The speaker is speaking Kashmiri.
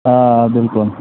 آ بِلکُل